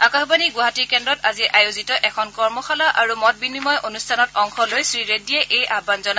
আকাশবাণী গুৱাহাটী কেদ্ৰত আজি আয়োজিত এখন কৰ্মশালা আৰু মত বিনিময় অনুষ্ঠানত অংশ লৈ শ্ৰীৰেড্ডিয়ে এই আহান জনায়